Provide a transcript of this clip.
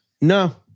No